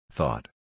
Thought